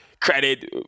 Credit